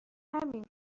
همین